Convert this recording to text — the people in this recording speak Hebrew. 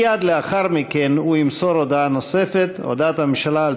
מייד לאחר מכן הוא ימסור הודעה נוספת: הודעת הממשלה על